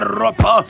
ropa